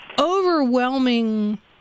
overwhelming